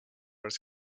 his